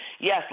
Yes